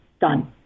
done